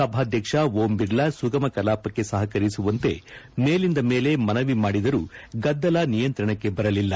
ಸಭಾಧ್ಯಕ್ಷ ಓಂಬಿರ್ಲಾ ಸುಗಮ ಕಲಾಪಕ್ಕೆ ಸಹಕರಿಸುವಂತೆ ಮೇಲಿಂದಮೇಲೆ ಮನವಿ ಮಾಡಿದರೂ ಗದ್ದಲ ನಿಯಂತ್ರಣಕ್ಕೆ ಬರಲಿಲ್ಲ